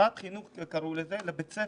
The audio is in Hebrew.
שעת חינוך הם קראו לזה, לבית הספר.